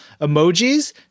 emojis